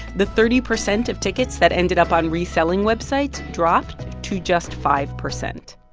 the thirty percent of tickets that ended up on reselling websites dropped to just five percent